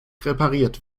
repariert